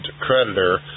creditor